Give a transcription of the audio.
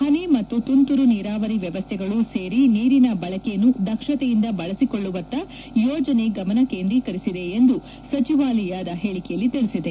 ಪನಿ ಮತ್ತು ತುಂತುರು ನೀರಾವರಿ ವ್ಯವಸ್ಥೆಗಳು ಸೇರಿ ನೀರಿನ ಬಳಕೆಯನ್ನು ದಕ್ಷತೆಯಿಂದ ಬಳಸಿಕೊಳ್ಳುವತ್ತ ಯೋಜನೆ ಗಮನ ಕೇಂದ್ರೀಕರಿಸಿದೆ ಎಂದು ಸಚಿವಾಲಯ ಹೇಳಿಕೆಯಲ್ಲಿ ತಿಳಿಸಿದೆ